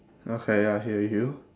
okay I hear you